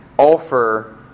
offer